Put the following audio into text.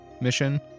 Mission